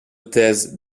thèse